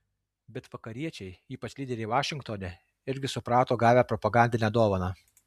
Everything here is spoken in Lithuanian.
bet vakariečiai ypač lyderiai vašingtone irgi suprato gavę propagandinę dovaną